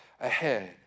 ahead